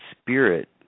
spirit